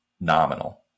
nominal